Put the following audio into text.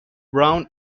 brown